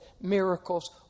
miracles